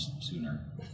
sooner